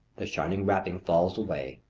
the shining wrapping falls away.